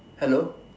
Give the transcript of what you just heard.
hello